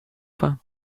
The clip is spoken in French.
faim